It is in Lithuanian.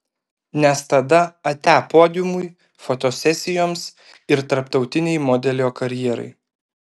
nes tada atia podiumui fotosesijoms ir tarptautinei modelio karjerai